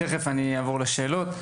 תכף אני אעבור לשאלות,